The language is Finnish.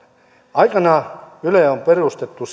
aikanaan yle on perustettu